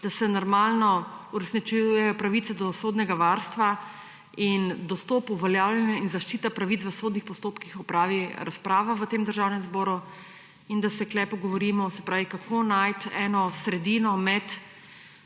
da se normalno uresničujejo pravice do sodnega varstva in dostop uveljavljanja in zaščita pravic v sodnih postopkih, opravi razprava v Državnem zboru in da se tukaj pogovorimo, kako najti sredino med